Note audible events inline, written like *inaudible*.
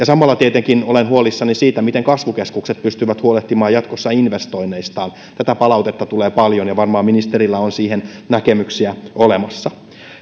*unintelligible* samalla tietenkin olen huolissani siitä miten kasvukeskukset pystyvät huolehtimaan jatkossa investoinneistaan tätä palautetta tulee paljon ja varmaan ministerillä on siihen näkemyksiä olemassa